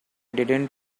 didn’t